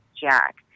Jack